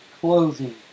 clothing